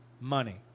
Money